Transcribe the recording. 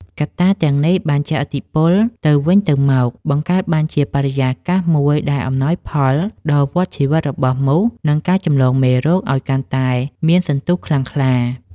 កត្តាទាំងនេះបានជះឥទ្ធិពលទៅវិញទៅមក បង្កើតបានជាបរិយាកាសមួយដែលអំណោយផលដល់វដ្តជីវិតរបស់មូស និងការចម្លងមេរោគឱ្យកាន់តែមានសន្ទុះខ្លាំងក្លា។